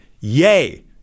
yay